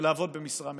ולעבוד במשרה מלאה.